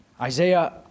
Isaiah